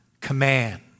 command